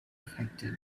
affected